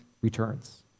returns